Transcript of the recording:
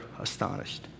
astonished